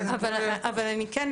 אבל אני כן,